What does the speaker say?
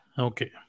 Okay